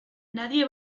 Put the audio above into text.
nadie